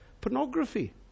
pornography